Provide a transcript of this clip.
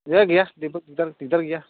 गैया गैया जेबो दिगदार गैया